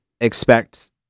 expect